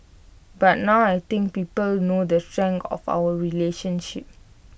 but now I think people know the strength of our relationship